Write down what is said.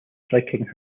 striking